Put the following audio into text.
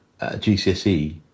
GCSE